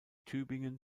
tübingen